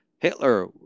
Hitler